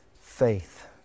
faith